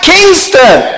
Kingston